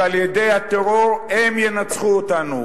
שעל-ידי הטרור הם ינצחו אותנו,